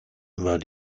war